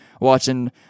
watching